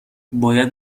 باید